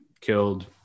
killed